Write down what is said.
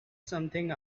something